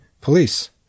Police